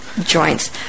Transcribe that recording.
joints